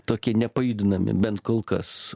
tokie nepajudinami bent kol kas